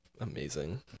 amazing